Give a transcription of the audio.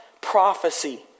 prophecy